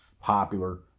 Popular